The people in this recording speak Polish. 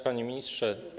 Panie Ministrze!